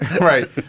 Right